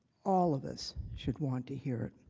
all of us should want to hear it.